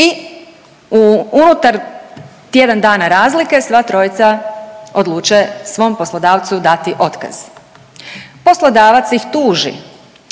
i unutar tjedan dana razlike sva trojica odluče svom poslodavcu dati otkaz. Poslodavac ih tuži